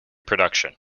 production